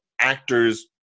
actors